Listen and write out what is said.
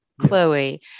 Chloe